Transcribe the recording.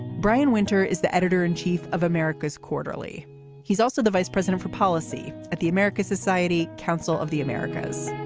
brian winter is the editor in chief of americas quarterly he's also the vice president for policy at the americas society council of the americas.